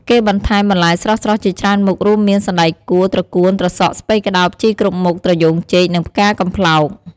គេបន្ថែមបន្លែស្រស់ៗជាច្រើនមុខ រួមមាន សណ្ដែកកួរ ត្រកួន ត្រសក់ ស្ពៃក្ដោប ជីគ្រប់មុខ ត្រយូងចេក និងផ្កាកំប្លោក។